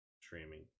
streaming